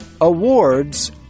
awards